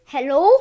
Hello